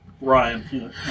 Ryan